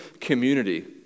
community—